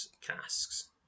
casks